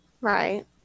Right